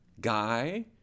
guy